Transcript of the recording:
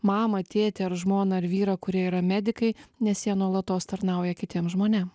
mamą tėtį ar žmoną ar vyrą kurie yra medikai nes jie nuolatos tarnauja kitiem žmonėm